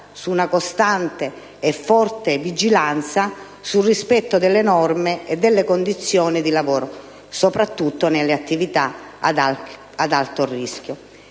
su una costante e forte vigilanza e sul rispetto delle norme e delle condizioni di lavoro, soprattutto nelle attività ad alto rischio.